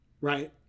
right